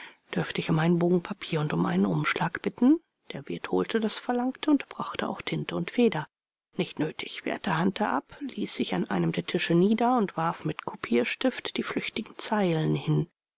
dürfte ich um einen bogen papier und um einen umschlag bitten der wirt holte das verlangte und brachte auch tinte und feder nicht nötig wehrte hunter ab ließ sich an einem der tische nieder und warf mit kopierstift die flüchtigen zeilen hin